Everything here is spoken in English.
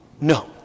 No